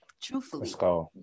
Truthfully